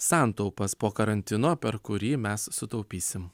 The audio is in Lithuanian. santaupas po karantino per kurį mes sutaupysim